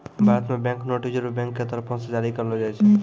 भारत मे bank note reserve bank के तरफो से जारी करलो जाय छै